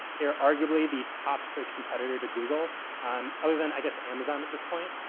they're arguably the top search competitor to google um other than, i guess, amazon at this point.